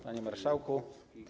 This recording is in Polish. Panie Marszałku!